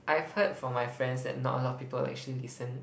I have heard from my friends that not a lot of people actually listen